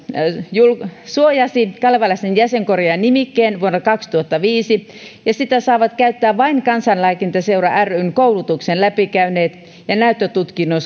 suojasi kalevalaisen jäsenkorjaajan nimikkeen vuonna kaksituhattaviisi ja sitä saavat käyttää vain kansanlääkintäseura ryn koulutuksen läpikäyneet ja näyttötutkinnon